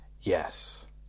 Yes